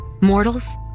Mortals